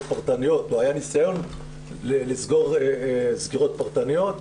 פרטניות או היה נסיון לסגור סגירות פרטניות.